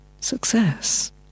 success